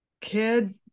kid